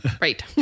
Right